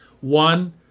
One